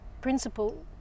principle